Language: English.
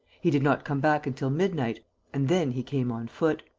he did not come back until midnight and then he came on foot.